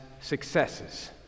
successes